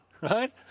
right